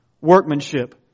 workmanship